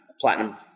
Platinum